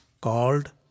called